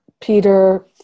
Peter